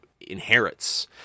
inherits